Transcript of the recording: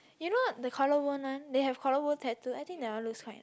you know the collarbone one they have collarbone tattoo I think that one looks quite